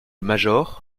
major